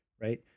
right